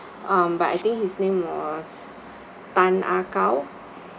um but I think his name was tan ah kow